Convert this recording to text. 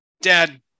Dad